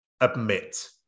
admit